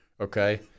okay